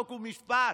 חוק ומשפט.